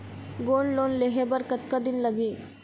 Gold loan लेहे बर कतका दिन लगही?